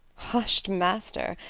husht, master!